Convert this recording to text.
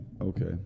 okay